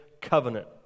covenant